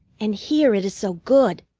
and here it is so good!